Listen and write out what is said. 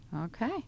Okay